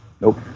Nope